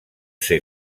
ser